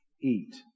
eat